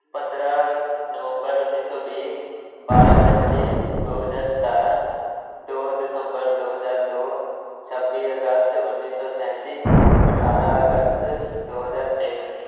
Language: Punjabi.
ਪੰਦਰ੍ਹਾਂ ਨਵੰਬਰ ਉੱਨੀ ਸੌ ਵੀਹ ਬਾਰ੍ਹਾਂ ਜਨਵਰੀ ਦੋ ਹਜ਼ਾਰ ਸਤਾਰ੍ਹਾਂ ਦੋ ਦਸੰਬਰ ਦੋ ਹਜ਼ਾਰ ਦੋ ਛੱਬੀ ਅਗਸਤ ਉੱਨੀ ਸੌ ਸੈਂਤੀ ਅਠਾਰ੍ਹਾਂ ਅਗਸਤ ਦੋ ਹਜ਼ਾਰ ਤਿੰਨ